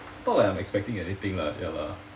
it's not like I'm expecting anything lah ya lah